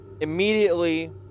immediately